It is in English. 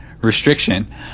restriction